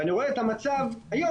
ואני רואה את המצב היום,